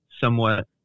somewhat